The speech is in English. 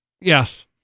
yes